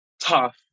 tough